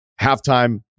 halftime